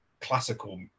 classical